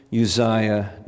Uzziah